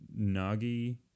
Nagi